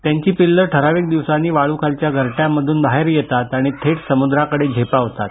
त्यांची पिल्लं ठरावीक दिवसांनी वाळुखालच्या घरट्यांमधून बाहेर येतात आणि थेट समुद्राकडे झेपावतात